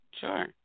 sure